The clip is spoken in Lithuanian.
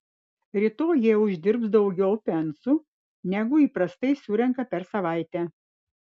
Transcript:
rytoj jie uždirbs daugiau pensų negu įprastai surenka per savaitę